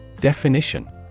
Definition